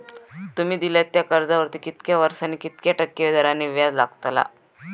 तुमि दिल्यात त्या कर्जावरती कितक्या वर्सानी कितक्या टक्के दराने व्याज लागतला?